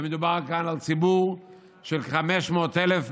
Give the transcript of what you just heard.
מדובר כאן על ציבור של 500,000,